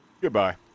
Goodbye